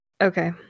Okay